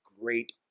great